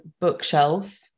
bookshelf